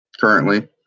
currently